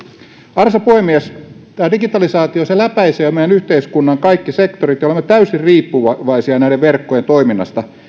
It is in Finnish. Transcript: arvoisa puhemies digitalisaatio läpäisee meidän yhteiskunnan kaikki sektorit ja olemme täysin riippuvaisia näiden verkkojen toiminnasta